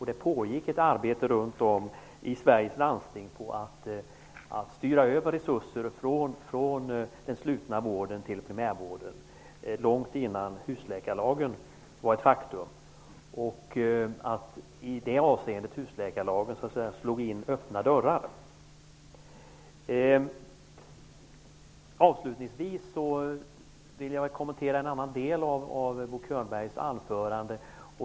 Det pågick ett arbete runt om i Sveriges landsting för att styra över resurser från den slutna vården till primärvården långt innan husläkarlagen var ett faktum. I det avseendet slog husläkarlagen in öppna dörrar. Avslutningsvis vill jag kommentera en annan del av Bo Könbergs anförande.